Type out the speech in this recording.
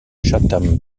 chatham